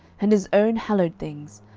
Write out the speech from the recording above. and his own hallowed things,